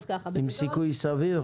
אז ככה --- עם סיכוי סביר?